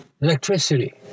electricity